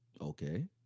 Okay